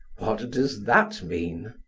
what does that mean?